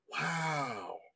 wow